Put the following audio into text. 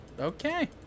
Okay